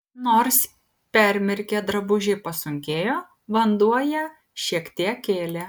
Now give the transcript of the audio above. nors permirkę drabužiai pasunkėjo vanduo ją šiek tiek kėlė